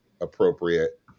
appropriate